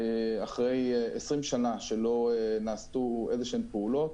אחרי 20 שנה שלא נעשו איזשהן פעולות,